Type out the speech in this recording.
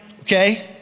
Okay